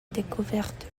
découverte